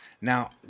Now